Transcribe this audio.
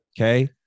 Okay